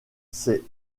ces